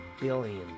billion